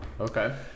okay